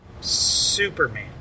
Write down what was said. Superman